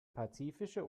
pazifische